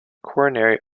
coronary